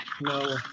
no